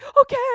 okay